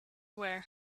wear